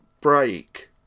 break